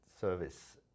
service